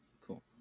cool